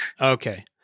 okay